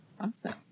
Awesome